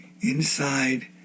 inside